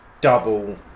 double